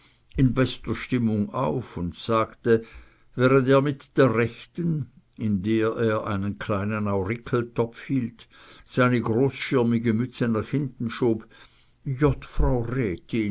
in bester stimmung auf und sagte während er mit der rechten in der er einen kleinen aurikeltopf hielt seine großschirmige mütze nach hinten schob jott